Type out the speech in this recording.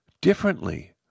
differently